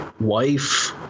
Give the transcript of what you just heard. wife